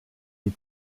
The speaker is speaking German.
die